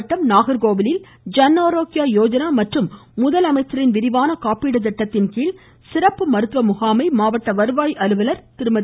கன்னியாக்குமரி நாகர்கோவிலில் ஜன் ஆரோக்கிய யோஜனா மற்றும் முதலமைச்சரின் விரிவான காப்பீட்டு திட்டத்தின்கீழ் சிறப்பு மருத்துவ முகாமை மாவட்ட வருவாய் அலுவலர் திருமதி